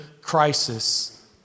crisis